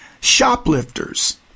shoplifters